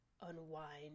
unwind